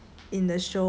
got interested